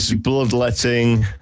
bloodletting